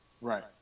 Right